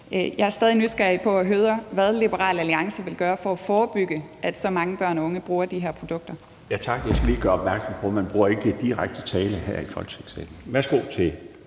Jeg er stadig nysgerrig på at høre, hvad Liberal Alliance vil gøre for at forebygge, at så mange børn og unge bruger de her produkter. Kl. 17:04 Den fg. formand (Bjarne Laustsen): Tak. Jeg skal lige gøre opmærksom på, at man ikke bruger direkte tiltale her i Folketingssalen. Værsgo til